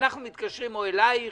ואז אנחנו מתקשרים אלייך